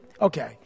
Okay